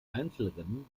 einzelrennen